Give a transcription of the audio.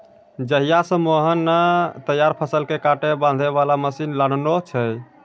जहिया स मोहन नॅ तैयार फसल कॅ काटै बांधै वाला मशीन लानलो छै